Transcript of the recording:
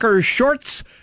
shorts